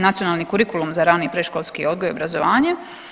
Nacionalni kurikulum za rani i predškolski odgoj i obrazovanje.